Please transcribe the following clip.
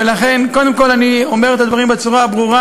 ולכן קודם כול אני אומר את הדברים בצורה הברורה: